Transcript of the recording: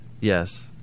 Yes